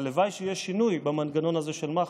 הלוואי שיהיה שינוי במנגנון הזה של מח"ש.